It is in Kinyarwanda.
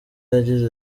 yagize